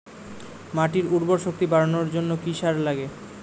মাটির উর্বর শক্তি বাড়ানোর জন্য কি কি সার লাগে?